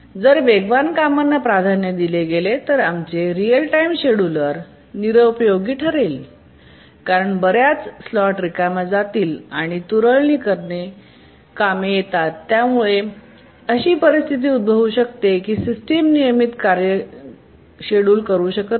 जर वेगवान कामांना प्राधान्य दिले गेले तर आमचे रिअल टाइम शेड्यूलर निरुपयोगी ठरेल कारण बर्याच स्लॉट रिकाम्या जातील कारण तुरळणी कामे रैन्डमली येतात आणि यामुळे अशी परिस्थिती उद्भवू शकते जेव्हा सिस्टम नियमित नियतकालिक कार्ये शेड्यूल करू शकत नाही